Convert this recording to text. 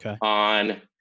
on